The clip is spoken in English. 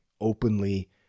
openly